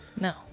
No